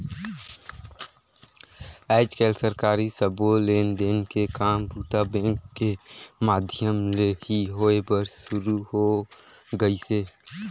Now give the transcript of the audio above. आयज कायल सरकारी सबो लेन देन के काम बूता बेंक के माधियम ले ही होय बर सुरू हो गइसे